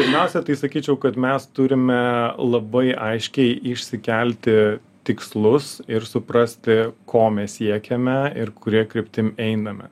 pirmiausia tai sakyčiau kad mes turime labai aiškiai išsikelti tikslus ir suprasti ko mes siekiame ir kuria kryptim einame